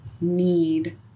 need